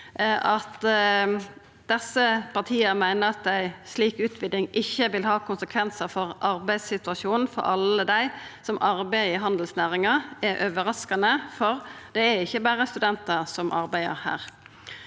At desse partia meiner at ei slik utviding ikkje vil ha konsekvensar for arbeidssituasjonen for alle dei som arbeider i handelsnæringa, er overraskande, for det er ikkje berre studentar som arbeider der.